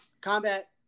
combat